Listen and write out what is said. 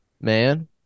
man